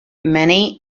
many